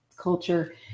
culture